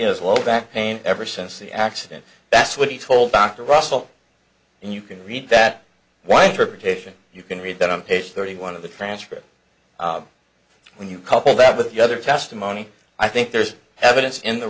has low back pain ever since the accident that's what he told dr russell and you can read that one for petition you can read that on page thirty one of the transcript when you couple that with the other testimony i think there's evidence in the